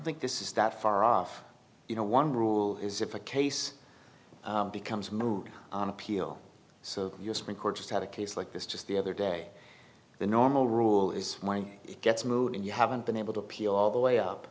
think this is that far off you know one rule is if a case becomes moot on appeal so your supreme court has had a case like this just the other day the normal rule is when it gets moved and you haven't been able to appeal all the way up